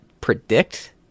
predict